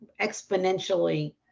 exponentially